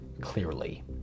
clearly